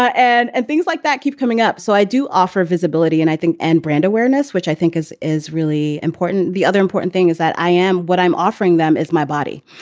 ah and and things like that keep coming up so i do offer visibility and i think and brand awareness, which i think is is really important. the other important thing is that i am what i'm offering them is my body.